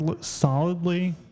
solidly